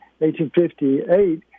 1858